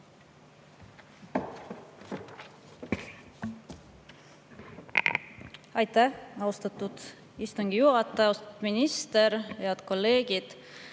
Aitäh, austatud istungi juhataja! Austatud minister! Head kolleegid!